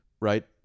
Right